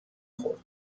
خورد